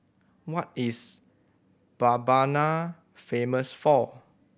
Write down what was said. what is Mbabana famous for